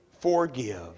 forgive